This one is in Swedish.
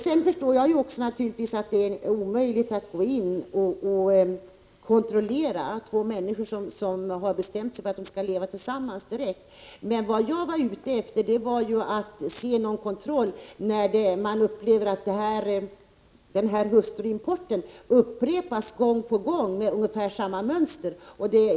Jag förstår naturligtvis att det är omöjligt att gå in och direktkontrollera två människor som har bestämt sig för att leva tillsammans. Vad jag var ute efter var någon kontroll när man konstaterar att denna hustruimport upprepas gång på gång efter ungefär samma mönster.